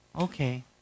okay